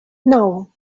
nou